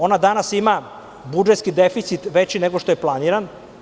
Ona danas ima budžetski deficit veći nego što je planiran.